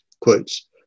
Quotes